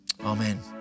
Amen